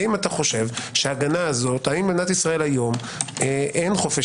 האם אתה חושב שבמדינת ישראל היום אין חופש